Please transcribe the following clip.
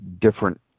different